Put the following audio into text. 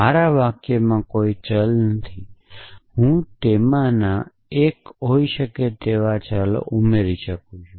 મારા વાક્યમાં કોઈ ચલો નથી પરંતુ હું તેમાંના 1 હોઈ શકે તેવા ચલો ઉમેરી શકું છું